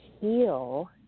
heal